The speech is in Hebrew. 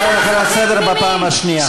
אני קורא אותך לסדר בפעם השנייה.